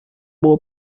boa